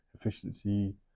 efficiency